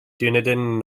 dunedin